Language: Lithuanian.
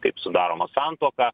taip sudaroma santuoka